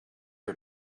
her